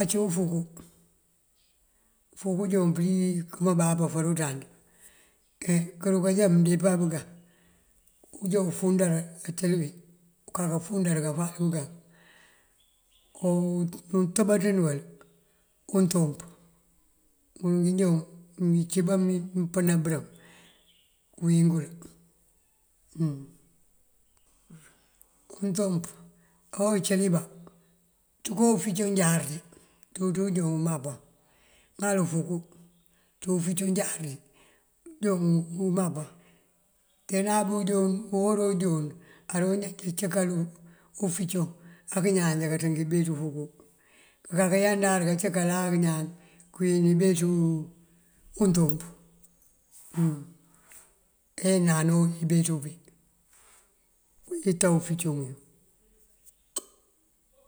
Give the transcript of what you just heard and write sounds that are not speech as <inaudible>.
Ací ufúkú, ufúkú unjoon pëlí këmëmbá pafër unţand <hesitation> këruka já mëndeepá bëyá unjá unfundar ancëli bí unkaka fundara kafalu bëgá. Owuntëbanţin uwël untúmp uwël joon mëncíba mëmpëna bërëm këwín ngul. <hesitation> untúmp ajoo uncëliba ţënko unficoŋ jáarënţí ţul ţí unjoon umanban. Aŋal ufúkú ţí uficoŋ jáarënţí ţul ţí unjoon umanban. Teena <hesitation> uhora unjoon ajoonc aru já këncinkal uficoŋ ankëñan já kanţënki ubeţi ufúkú. Kakan yandar kancëkala ankëñan këwín ibeţ untúmp, <hesitation> enam ibeţ umpí unjita ufúcú.